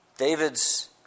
David's